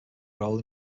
role